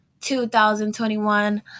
2021